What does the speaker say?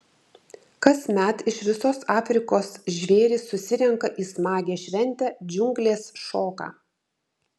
kasmet iš visos afrikos žvėrys susirenka į smagią šventę džiunglės šoka